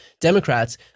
Democrats